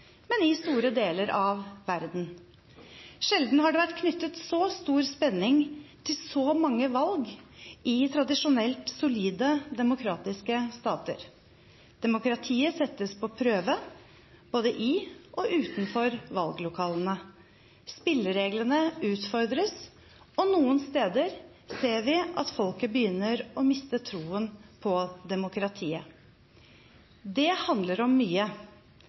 men i store deler av verden. Sjelden har det vært knyttet så stor spenning til så mange valg i tradisjonelt solide demokratiske stater. Demokratiet settes på prøve både i og utenfor valglokalene. Spillereglene utfordres, og noen steder ser vi at folket begynner å miste troen på demokratiet. Det handler om mye.